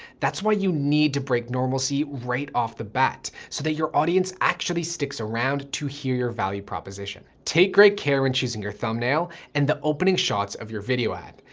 that's why you need to break normalcy right off the bat so that your audience actually sticks around to hear your value proposition. take great care when choosing your thumbnail and the opening shots of your video ad.